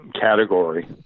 category